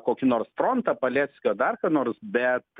kokį nors frontą paleckio dar ką nors bet